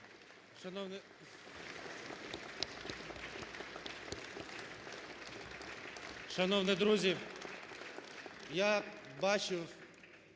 Шановні друзі, я бачив,